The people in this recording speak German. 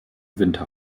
winter